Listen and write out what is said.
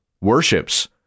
worships